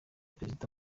prezida